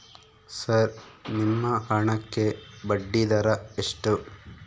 Sir ನಿಮ್ಮ ಹಣಕ್ಕೆ ಬಡ್ಡಿದರ ಎಷ್ಟು?